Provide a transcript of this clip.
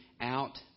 out